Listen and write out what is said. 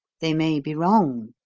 they may be wrong.